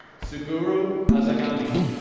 saguro asagami.